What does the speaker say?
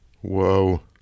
Whoa